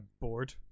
bored